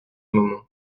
moment